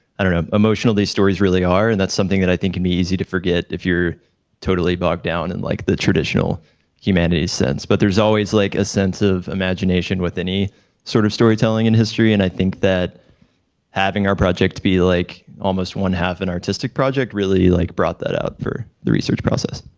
i don't know, emotional these stories really are. and that's something that i think can be easy to forget, if you're totally bogged down in and like the traditional humanities sense. but there's always like a sense of imagination with any sort of storytelling in history. and i think that having our project to be like almost one half an artistic project really, like brought that out for the research process.